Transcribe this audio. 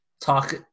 talk